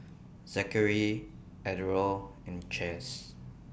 Zachery Ardell and Chaz